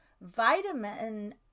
vitamin